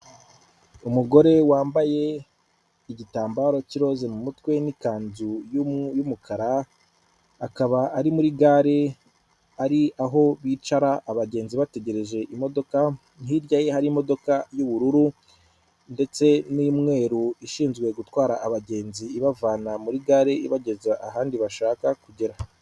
Umugore wambaye igitambaro cy'iroze mu mutwe n'ikanzu y'umukara, akaba ari muri gare ari aho bicara abagenzi bategereje imodoka. Hirya ye hari imodoka y'ubururu ndetse n'umweru ishinzwe gutwara abagenzi, ibavana muri gare ibageza ahandi bashaka kugera.